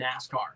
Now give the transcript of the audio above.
NASCAR